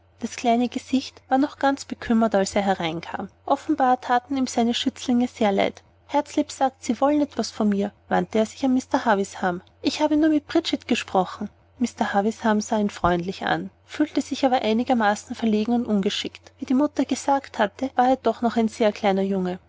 das kleine gesicht war noch ganz bekümmert als er hereinkam offenbar thaten ihm seine schützlinge sehr leid herzlieb sagt sie wollen etwas von mir wandte er sich an mr havisham ich habe nur mit bridget gesprochen mr havisham sah ihn freundlich an fühlte sich aber einigermaßen verlegen und ungeschickt wie die mutter gesagt hatte war er doch noch ein sehr kleiner junge